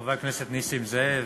חבר הכנסת נסים זאב,